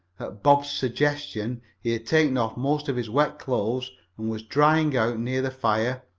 bob's suggestion, he had taken off most of his wet clothes and was drying out near the fire,